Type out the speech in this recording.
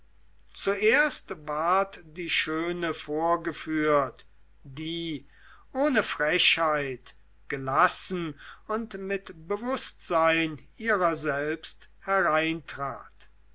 zuerst ward die schöne vorgeführt die ohne frechheit gelassen und mit bewußtsein ihrer selbst hereintrat